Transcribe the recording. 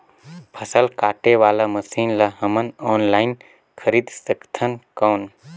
फसल काटे वाला मशीन ला हमन ऑनलाइन खरीद सकथन कौन?